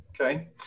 Okay